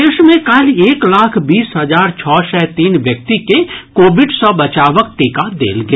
प्रदेश मे काल्हि एक लाख बीस हजार छओ सय तीन व्यक्ति के कोविड सँ बचावक टीका देल गेल